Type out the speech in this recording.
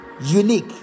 unique